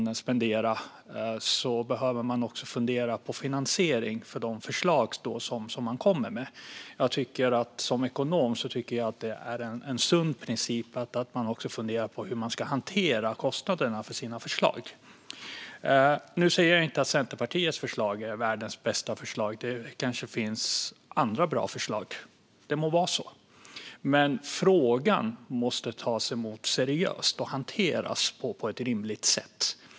Då behöver man också fundera på finansieringen av de förslag som man kommer med. Som ekonom tycker jag att det är en sund princip att man också funderar på hur man ska hantera kostnaderna för sina förslag. Nu säger jag inte att Centerpartiets förslag är världens bästa förslag. Det kanske finns andra bra förslag - det må så vara. Men frågan måste tas emot seriöst och hanteras på ett rimligt sätt.